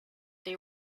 they